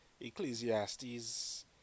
Ecclesiastes